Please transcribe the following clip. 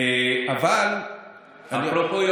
אפרופו,